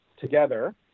together